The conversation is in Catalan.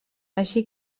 així